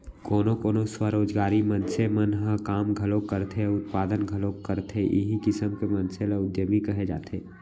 कोनो कोनो स्वरोजगारी मनसे मन ह काम घलोक करथे अउ उत्पादन घलोक करथे इहीं किसम के मनसे ल उद्यमी कहे जाथे